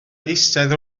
eistedd